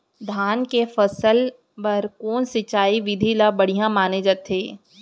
धान के फसल बर कोन सिंचाई विधि ला बढ़िया माने जाथे?